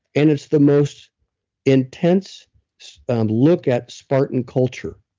and it's the most intense look at spartan culture.